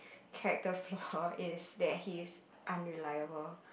character flaw is that he is unreliable